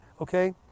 okay